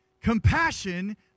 Compassion